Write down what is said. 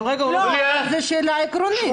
זו שאלה עקרונית.